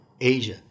Asia